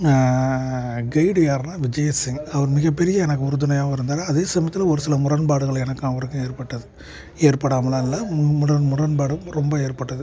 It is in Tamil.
கைடு யார்னால் விஜயசிங் அவர் மிகப் பெரிய எனக்கு உறுதுணையாகவும் இருந்தார் அதே சமயத்தில் ஒரு சில முரண்பாடுகள் எனக்கும் அவருக்கும் ஏற்பட்டது ஏற்படாமெலாம் இல்லை முரண் முரண்பாடு ரொம்ப ஏற்பட்டது